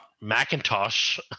Macintosh